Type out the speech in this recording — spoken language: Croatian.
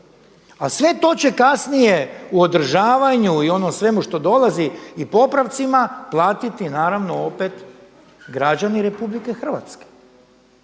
A sve to će kasnije u održavanju i onom svemu što dolazi i popravcima platiti naravno opet građani RH. I ja se